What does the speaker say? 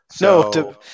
No